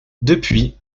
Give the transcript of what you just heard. depuis